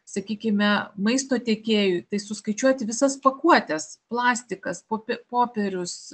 sakykime maisto tiekėjui tai suskaičiuoti visas pakuotes plastikas popie popierius